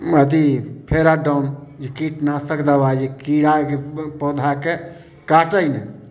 अथी फेराडाउन जे कीटनाशक दवाइ जे कीड़ाके पौधाके काटय नहि